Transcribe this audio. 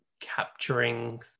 capturing